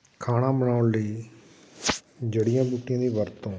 ਖਾਣਾ ਬਣਾਉਣ ਲਈ ਜੜ੍ਹੀਆਂ ਬੂਟੀਆਂ ਦੀ ਵਰਤੋਂ